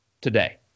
today